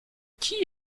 qui